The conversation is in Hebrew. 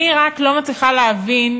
אני רק לא מצליחה להבין: